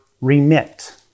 remit